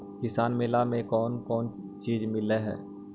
किसान मेला मे कोन कोन चिज मिलै है?